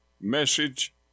message